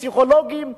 פסיכולוגים,